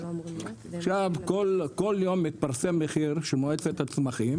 כל יום מתפרסם מחיר של מועצת הצמחים,